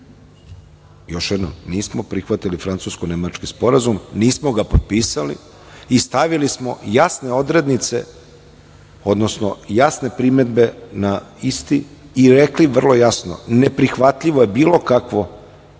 Još jednom, nismo prihvatili francusko-nemački sporazum, nismo ga popisali i stavili smo jasne odrednice, odnosno jasne primedbe na isti i rekli vrlo jasno - neprihvatljivo je bilo kakvo